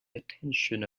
attention